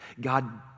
God